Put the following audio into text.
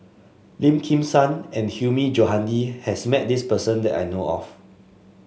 Lim Kim San and Hilmi Johandi has met this person that I know of